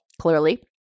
clearly